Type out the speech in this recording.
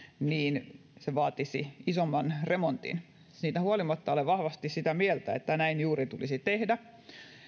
niin se vaatisi isomman remontin siitä huolimatta olen vahvasti sitä mieltä että näin juuri tulisi tehdä